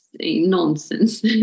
nonsense